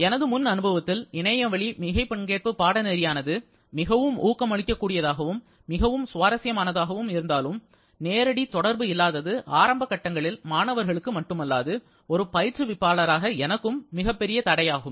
எனது முன் அனுபவத்தில் இணையவழி மிகை பங்கேற்பு பாடநெறியானது மிகவும் ஊக்கமளிக்க கூடியதாகவும் மிகவும் சுவாரஸ்யமானதாக இருந்தாலும் நேரடி தொடர்பு இல்லாதது ஆரம்ப கட்டங்களில் மாணவர்களுக்கு மட்டுமல்லாது ஒரு பயிற்றுவிப்பாளராக எனக்கும் மிகப்பெரிய தடையாகும்